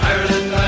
Ireland